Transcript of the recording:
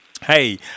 Hey